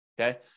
okay